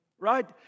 Right